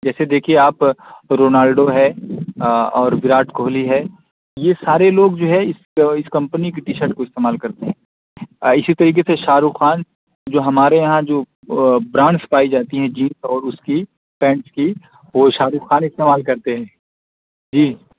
جیسے دیکھیے آپ رونالڈو ہے اور وراٹ کوہلی ہے یہ سارے لوگ جو ہے اس اس کمپنی کی ٹی شرٹ کو استعمال کرتے ہیں اسی طریقے سے شاہ رخ خان جو ہمارے یہاں جو برانڈس پائی جاتی ہیں جینس اور اس کی پینٹس کی وہ شاہ رخ خان استعمال کرتے ہیں جی